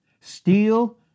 Steal